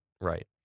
right